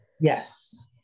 Yes